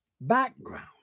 background